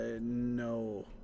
no